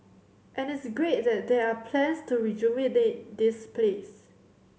and it's great that there are plans to rejuvenate this place